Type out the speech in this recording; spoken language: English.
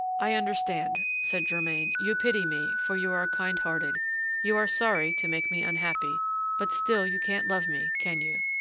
i understand, said germain you pity me, for you are kind-hearted you are sorry to make me unhappy but still you can't love me, can you?